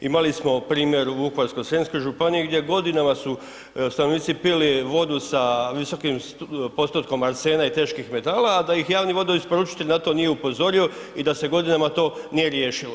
Imali smo primjer u Vukovarsko-srijemskoj županiji gdje godinama su stanovnici pili vodu sa visokom postotkom arsena i teških metala, a da ih javni vodoisporučitelj na to nije upozorio i da se godinama to nije riješilo.